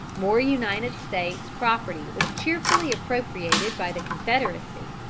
more united states property was cheerfully appropriated by the confederacy,